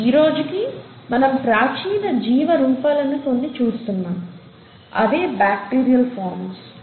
ఈ రోజుకి మనం ప్రాచీన జీవ రూపాలని కొన్ని చూస్తున్నాము అవే బాక్టీరియల్ ఫార్మ్స్